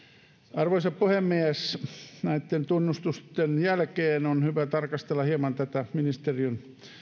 arvoisa puhemies näiden tunnustusten jälkeen on hyvä tarkastella hieman tätä ministeriön